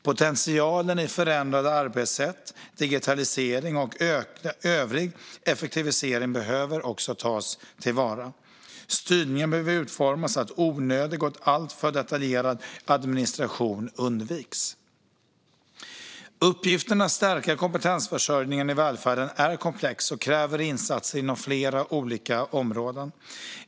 Potentialen i förändrade arbetssätt, digitalisering och övrig effektivisering behöver också tas till vara. Styrningen behöver utformas så att onödig och alltför detaljerad administration undviks. Uppgiften att stärka kompetensförsörjningen i välfärden är komplex och kräver insatser inom flera olika områden.